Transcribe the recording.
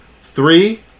Three